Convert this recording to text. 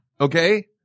Okay